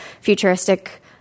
futuristic